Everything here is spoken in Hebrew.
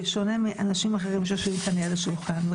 בשונה מאנשים אחרים שיושבים כאן ליד השולחן.